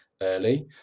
early